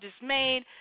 dismayed